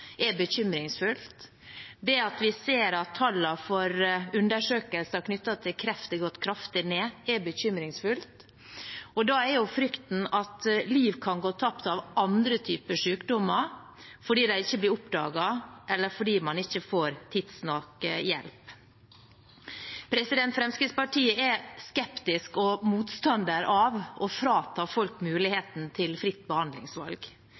er bekymringsfullt. Det at vi ser at tallene for undersøkelser knyttet til kreft er gått kraftig ned, er bekymringsfullt. Da er frykten at liv kan gå tapt av andre typer sykdommer fordi de ikke blir oppdaget, eller fordi man ikke får tidsnok hjelp. Fremskrittspartiet er skeptisk til og motstander av å frata folk muligheten til fritt behandlingsvalg.